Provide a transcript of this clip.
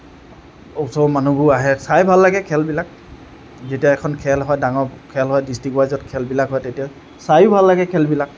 ওচৰৰ মানুহবোৰ আহে চাই ভাল লাগে খেলবিলাক যেতিয়া এখন খেল হয় ডাঙৰ খেল হয় ডিষ্ট্ৰিক ৱাইজত খেলবিলাক হয় তেতিয়া চায়ো ভাল লাগে খেলবিলাক